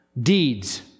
deeds